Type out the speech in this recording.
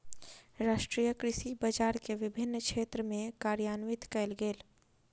राष्ट्रीय कृषि बजार के विभिन्न क्षेत्र में कार्यान्वित कयल गेल